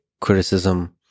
criticism